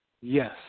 yes